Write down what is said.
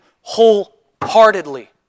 wholeheartedly